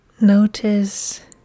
notice